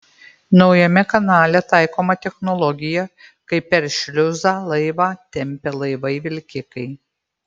naujame kanale taikoma technologija kai per šliuzą laivą tempia laivai vilkikai